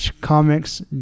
comics